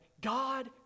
God